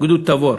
גדוד תבור.